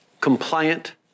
compliant